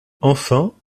enfin